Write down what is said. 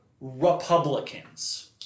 Republicans